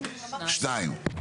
שניים.